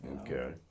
Okay